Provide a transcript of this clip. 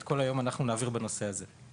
את כל היום אנחנו נעביר בנושא הזה.